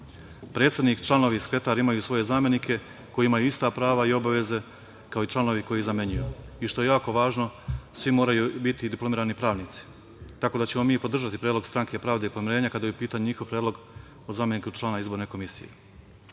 Predsednik, članovi i sekretar imaju svoje zamenike koji imaju ista prava i obaveze, kao i članovi koji ih zamenjuju. Što je jako važno, svi moraju biti diplomirani pravnici. Tako da ćemo mi podržati predlog Stranke pravde i pomirenja kada je u pitanju njihov predlog o zameniku člana izborne Komisije. Poznato